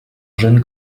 jeune